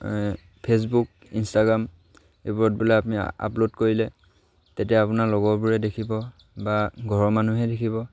Facebook Instagram এইবোৰত বোলে আপুনি আপলোড কৰিলে তেতিয়া আপোনাৰ লগৰবোৰে দেখিব বা ঘৰৰ মানুহে দেখিব